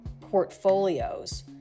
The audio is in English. portfolios